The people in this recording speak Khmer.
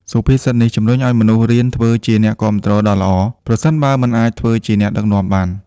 សុភាសិតនេះជំរុញឱ្យមនុស្សរៀនធ្វើជាអ្នកគាំទ្រដ៏ល្អ ប្រសិនបើមិនអាចធ្វើជាអ្នកដឹកនាំបាន។